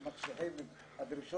האימא מקבלת הודעה ב-6:45 שהילד בהסעה,